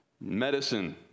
medicine